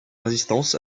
résistance